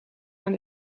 aan